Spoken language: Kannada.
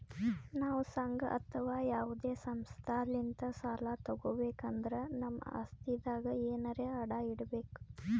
ನಾವ್ ಸಂಘ ಅಥವಾ ಯಾವದೇ ಸಂಸ್ಥಾಲಿಂತ್ ಸಾಲ ತಗೋಬೇಕ್ ಅಂದ್ರ ನಮ್ ಆಸ್ತಿದಾಗ್ ಎನರೆ ಅಡ ಇಡ್ಬೇಕ್